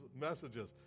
messages